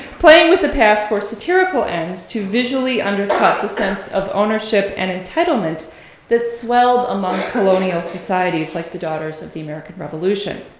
playing with the past for satirical ends to visually undercut the sense of ownership and entitlement that swelled among colonial societies like the daughters of the american revolution.